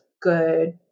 good